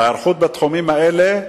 ההיערכות בתחומים האלה,